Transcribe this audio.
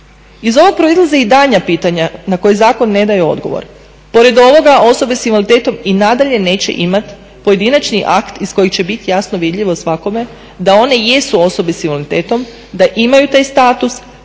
Iz ovog proizlaze i daljnja pitanja na koje zakon ne daje odgovor. Pored ovoga osobe sa invaliditetom i nadalje neće imati pojedinačni akt iz kojeg će biti jasno vidljivo svakome da one jesu osobe s invaliditetom, da imaju taj status.